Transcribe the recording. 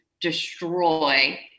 destroy